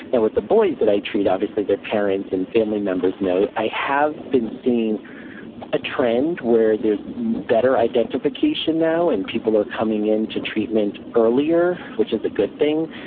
with the boys that i treat, obviously their parents and family members know. i have been seeing a trend where there's better identification now and people are coming into treatment earlier, which is a good thing.